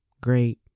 great